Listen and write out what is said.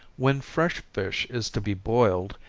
when fresh fish is to be boiled,